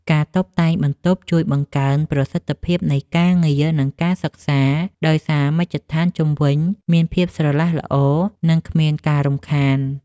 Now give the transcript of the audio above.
ការតុបតែងបន្ទប់ជួយបង្កើនប្រសិទ្ធភាពនៃការងារ និងការសិក្សា ដោយសារមជ្ឈដ្ឋានជុំវិញមានភាពស្រឡះល្អ និងគ្មានការរំខាន។